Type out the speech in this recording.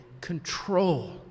control